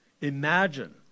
imagine